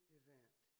event